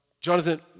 Jonathan